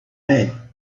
night